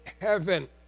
heaven